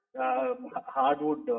hardwood